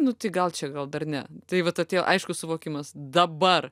nu tai gal čia gal dar ne tai vat atėjo aišku suvokimas dabar